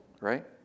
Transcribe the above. right